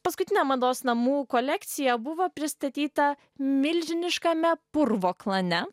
paskutinė mados namų kolekcija buvo pristatyta milžiniškame purvo klane